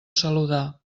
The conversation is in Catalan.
saludar